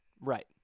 Right